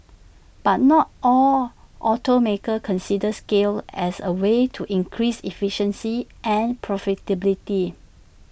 but not all automakers consider scale as A way to increased efficiency and profitability